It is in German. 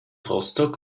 rostock